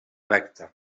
recta